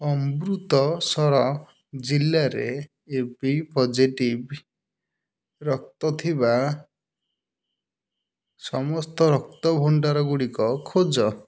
ଅମୃତସର ଜିଲ୍ଲାରେ A B positive ରକ୍ତ ଥିବା ସମସ୍ତ ରକ୍ତ ଭଣ୍ଡାରଗୁଡ଼ିକ ଖୋଜ